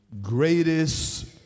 greatest